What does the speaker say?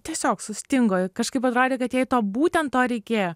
tiesiog sustingo kažkaip atrodė kad jai to būtent to reikėjo